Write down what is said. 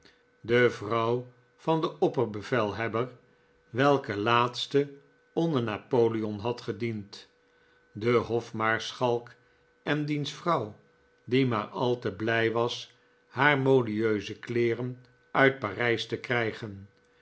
de vrouw van den opperbevelhebber welke laatste onder napoleon had gediend de hofmaarschalk en diens vrouw die maar al te blij was haar modieuze kleeren uit parijs te krijgen